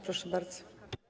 Proszę bardzo.